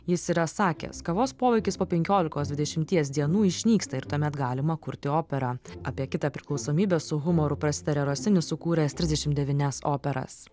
jis yra sakęs kavos poveikis po penkiolikos dvidešimties dienų išnyksta ir tuomet galima kurti operą apie kitą priklausomybę su humoru prasitarė rosinis sukūręs trisdešim devynias operas